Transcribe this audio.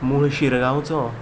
मूळ शिरगांवचो